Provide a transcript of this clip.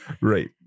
right